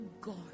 god